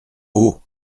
haut